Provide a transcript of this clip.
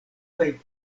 kaj